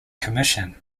commission